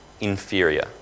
inferior